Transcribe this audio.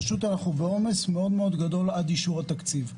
פשוט אנחנו בעומס מאוד מאוד גדול עד אישור התקציב,